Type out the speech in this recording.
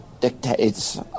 dictates